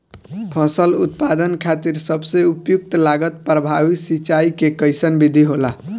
फसल उत्पादन खातिर सबसे उपयुक्त लागत प्रभावी सिंचाई के कइसन विधि होला?